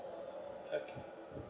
okay